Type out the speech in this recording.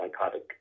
psychotic